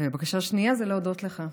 ובקשה שנייה זה להודות לך.